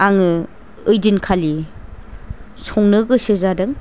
आङो बैदिनखालि संनो गोसो जादों